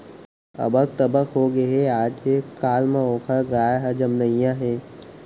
अबक तबक होगे हे, आजे काल म ओकर गाय ह जमनइया हे